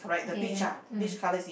okay then mm